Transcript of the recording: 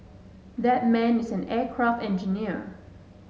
that man is an aircraft engineer